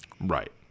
Right